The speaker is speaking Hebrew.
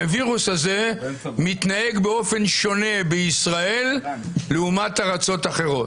שהווירוס הזה מתנהג באופן שונה בישראל לעומת ארצות אחרות?